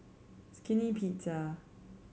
Skinny Pizza